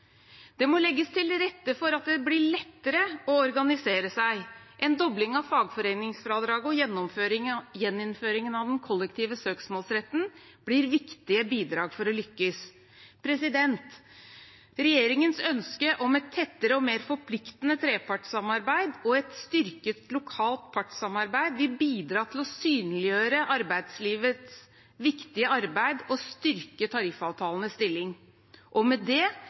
Det må legges til rette for at det blir lettere å organisere seg. En dobling av fagforeningsfradraget og gjeninnføringen av den kollektive søksmålsretten blir viktige bidrag for å lykkes. Regjeringens ønske om et tettere og mer forpliktende trepartssamarbeid og et styrket lokalt partssamarbeid vil bidra til å synliggjøre arbeidslivets viktige arbeid og styrke tariffavtalenes stilling og med det